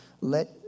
let